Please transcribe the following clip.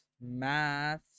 math